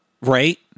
Right